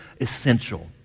essential